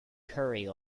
curry